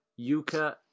Yuka